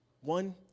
One